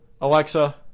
Alexa